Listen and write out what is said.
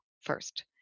first